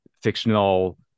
fictional